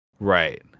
Right